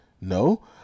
No